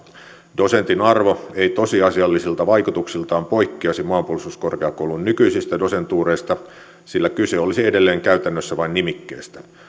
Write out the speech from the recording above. dosentin arvo ei tosiasiallisilta vaikutuksiltaan poikkeaisi maanpuolustuskorkeakoulun nykyisistä dosentuureista sillä kyse olisi edelleen käytännössä vain nimikkeestä